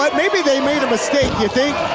but maybe they made a mistake, you think?